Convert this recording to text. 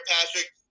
Patrick